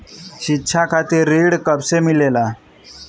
शिक्षा खातिर ऋण कब से मिलेला?